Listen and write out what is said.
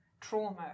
trauma